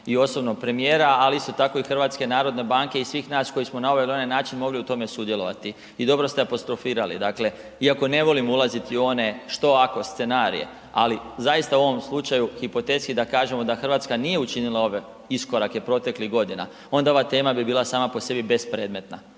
i osobno od premijera, ali isto tako i HNB-a i svih nas koji smo na ovaj ili onaj način mogli u tome sudjelovati. I dobro ste apostrofirali, dakle iako ne volim ulazit u one „što ako“ scenarije, ali zaista u ovom slučaju, hipotetski da kažemo da Hrvatska nije učinila nije ove iskorake proteklih godina, onda ova tema bi bila sama po sebi bespredmetna